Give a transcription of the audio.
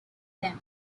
them